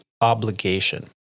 obligation